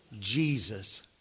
Jesus